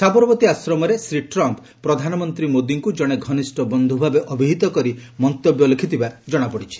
ସାବରମତୀ ଆଶ୍ରମରେ ଶ୍ରୀ ଟ୍ରମ୍ପ୍ ପ୍ରଧାନମନ୍ତ୍ରୀ ମୋଦିଙ୍କୁ ଜଣେ ଘନିଷ୍ଠ ବନ୍ଧ ଭାବେ ଅଭିହିତ କରି ମନ୍ତବ୍ୟ ଲେଖିଥିବା ଜଣାପଡ଼ିଛି